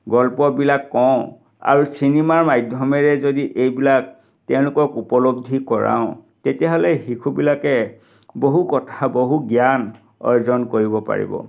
গল্পবিলাক কওঁ আৰু চিনেমাৰ মাধ্যমেৰে যদি এইবিলাক তেওঁলোকক উপলব্ধি কৰাওঁ তেতিয়া হ'লে শিশুবিলাকে বহু কথা বহু জ্ঞান অৰ্জন কৰিব পাৰিব